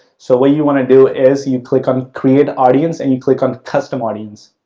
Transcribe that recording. so, what you want to do is you click on create audience and you click on custom audience.